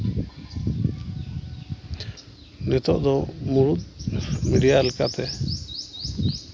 ᱱᱤᱛᱚᱜ ᱫᱚ ᱢᱩᱬᱩᱫ ᱢᱮᱰᱤᱭᱟ ᱞᱮᱠᱟᱛᱮ